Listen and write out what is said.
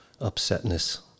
upsetness